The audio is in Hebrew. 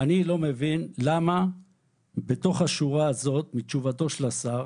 אני לא מבין למה בתוך השורה הזאת בתשובתו של השר